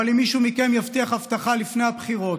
אבל אם מישהו מכם יבטיח הבטחה לפני הבחירות,